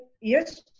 yes